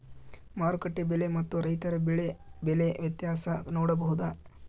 ಮಾರುಕಟ್ಟೆ ಬೆಲೆ ಮತ್ತು ರೈತರ ಬೆಳೆ ಬೆಲೆ ವ್ಯತ್ಯಾಸ ನೋಡಬಹುದಾ?